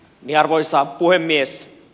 arvoisa puhemies